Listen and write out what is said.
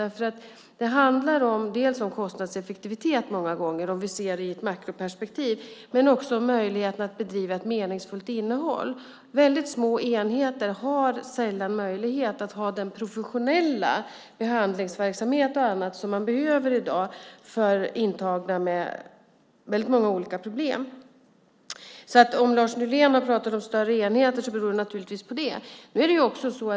Det handlar många gånger om kostnadseffektivitet, om vi ser det i ett makroperspektiv, men också om möjligheter att ha ett meningsfullt innehåll. Väldigt små enheter har sällan möjlighet att bedriva den professionella behandlingsverksamhet och annat som behövs i dag för intagna med väldigt många olika problem. Om Lars Nylén har pratat om större enheter beror det naturligtvis på det.